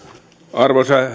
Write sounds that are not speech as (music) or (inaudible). arvoisa (unintelligible)